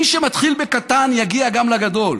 מי שמתחיל בקטן יגיע גם לגדול.